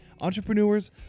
Entrepreneurs